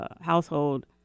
household